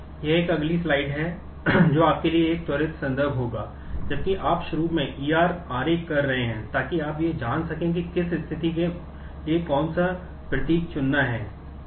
यह एक अगली स्लाइड चुनना है